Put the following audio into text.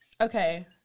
Okay